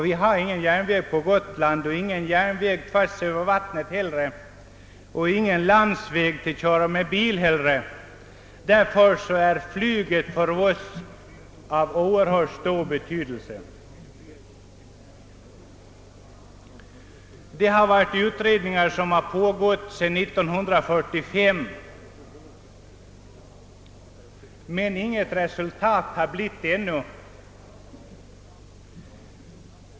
Vi har ingen järnväg på Gotland och ingen järnväg tvärs över vattnet heller, och vi har inte någon landsväg att köra med bil på när vi skall till fastlandet. Därför är flyget för oss av oerhört stor betydelse. Utredningar har pågått sedan 1945, men ännu har de inte givit något resultat.